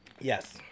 yes